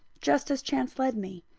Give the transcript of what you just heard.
just as chance led me.